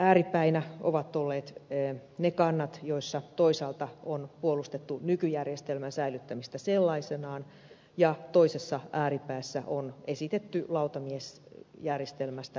ääripäinä ovat olleet ne kannat joissa toisaalta on puolustettu nykyjärjestelmän säilyttämistä sellaisenaan ja toisessa ääripäässä on esitetty lautamiesjärjestelmästä luopumista kokonaan